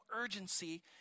urgency